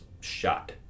shot